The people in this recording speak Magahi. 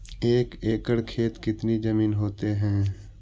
एक एकड़ खेत कितनी जमीन होते हैं?